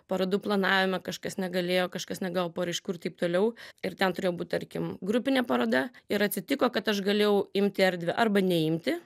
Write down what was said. parodų planavime kažkas negalėjo kažkas negavo paraiškų ir taip toliau ir ten turėjo būt tarkim grupinė paroda ir atsitiko kad aš galėjau imti erdvę arba neimti